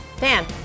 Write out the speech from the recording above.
Dan